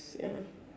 ya